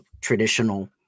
traditional